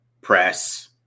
press